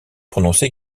prononcée